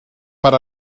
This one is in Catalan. per